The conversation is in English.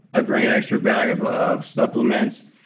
i bring an extra bag of of supplements.